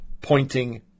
pointing